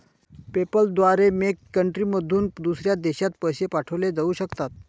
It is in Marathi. पेपॅल द्वारे मेक कंट्रीमधून दुसऱ्या देशात पैसे पाठवले जाऊ शकतात